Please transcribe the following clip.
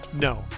No